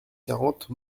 quarante